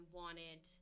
wanted